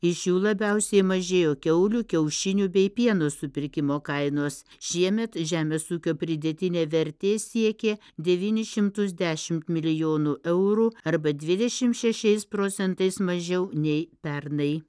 iš jų labiausiai mažėjo kiaulių kiaušinių bei pieno supirkimo kainos šiemet žemės ūkio pridėtinė vertė siekė devynis šimtus dešimt milijonų eurų arba dvidešim šešiais procentais mažiau nei pernai